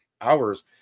hours